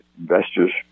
investors